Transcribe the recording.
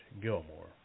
Gilmore